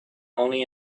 only